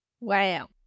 Wow